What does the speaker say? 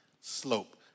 slope